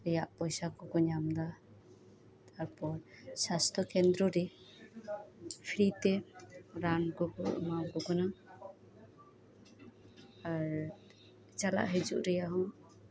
ᱨᱮᱭᱟᱜ ᱯᱚᱭᱥᱟ ᱠᱚᱠᱚ ᱧᱟᱢ ᱫᱟ ᱛᱟᱨᱯᱚᱨ ᱥᱟᱥᱛᱚ ᱠᱮᱱᱫᱽᱨᱚ ᱨᱮ ᱯᱷᱨᱤᱛᱮ ᱨᱟᱱ ᱠᱚᱠᱚ ᱮᱢᱟᱣ ᱠᱚ ᱠᱟᱱᱟ ᱟᱨ ᱪᱟᱞᱟᱜ ᱦᱤᱡᱩᱜ ᱨᱮᱭᱟᱜ ᱦᱚᱸ